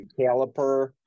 caliper